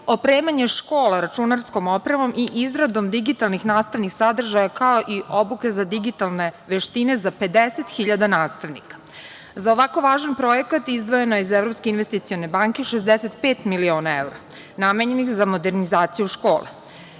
opremanje škola računarskom opremom i izradom digitalnih nastavnih sadržaja, kao i obuke za digitalne veštine za 50 hiljada nastavnika.Za ovako važan projekat izdvojeno iz Evropske investicione banke 65 miliona evra, namenjenih za modernizaciju škola.